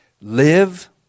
Live